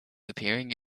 appearing